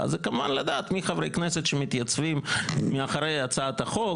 זה כמובן לדעת מי חברי הכנסת מתייצבים מאחורי הצעת החוק.